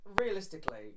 realistically